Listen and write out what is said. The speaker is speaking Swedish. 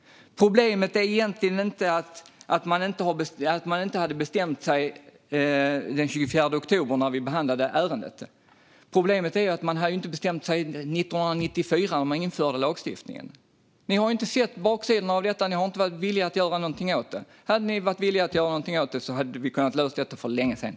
Problemet är egentligen inte att Moderaterna inte hade bestämt sig den 24 oktober, när vi behandlade ärendet. Problemet är de inte hade bestämt sig 1994, när de införde lagstiftningen. Ni har inte sett baksidan av detta. Ni har inte varit villiga att göra något åt det. Hade ni varit villiga att göra något hade vi kunnat lösa detta för länge sedan.